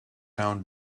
down